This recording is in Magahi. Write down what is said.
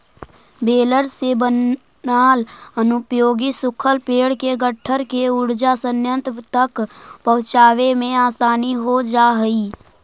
बेलर से बनाल अनुपयोगी सूखल पेड़ के गट्ठर के ऊर्जा संयन्त्र तक पहुँचावे में आसानी हो जा हई